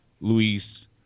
luis